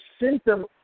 symptom